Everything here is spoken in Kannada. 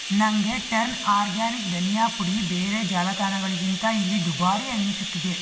ನನಗೆ ಟರ್ನ್ ಆರ್ಗ್ಯಾನಿಕ್ ಧನಿಯಾ ಪುಡಿ ಬೇರೆ ಜಾಲ ತಾಣಗಳಿಗಿಂತ ಇಲ್ಲಿ ದುಬಾರಿ ಅನ್ನಿಸುತ್ತಿದೆ